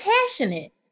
Passionate